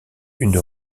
une